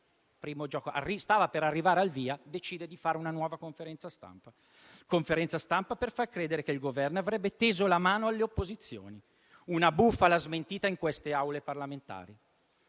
dell'oca: stava per arrivare al via, ma decide di fare una nuova conferenza stampa, per far credere che il Governo avrebbe teso la mano alle opposizioni; una bufala smentita in queste Aule parlamentari.